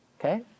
okay